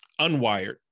unwired